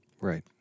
Right